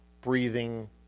breathing